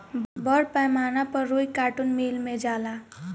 बड़ पैमाना पर रुई कार्टुन मिल मे जाला